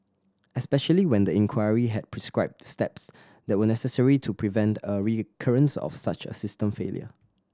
especially when the inquiry had prescribed steps that were necessary to prevent a recurrence of such a system failure